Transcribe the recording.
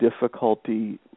difficulty